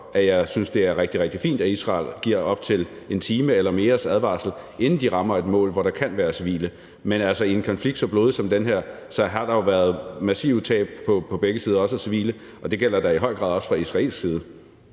at jeg synes, det er rigtig, rigtig fint, at Israel giver op til en times eller mere advarsel, inden de rammer et mål, hvor der kan være civile. Men, altså, i en konflikt så blodig som den her har der jo været massive tab på begge sider, også af civile, og det gælder da i høj grad også på israelsk side.